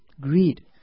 Greed